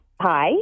Hi